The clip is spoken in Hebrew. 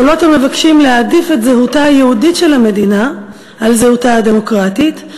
קולות המבקשים להעדיף את זהותה היהודית של המדינה על זהותה הדמוקרטית,